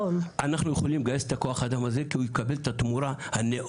אנחנו יכולים לגייס את כוח האדם הזה כי הוא יקבל את התמורה הנאותה,